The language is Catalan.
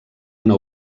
una